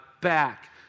back